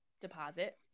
deposit